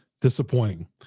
Disappointing